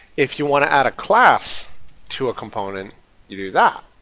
if you want to add a class to a component you do that.